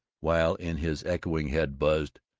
while in his echoing head buzzed,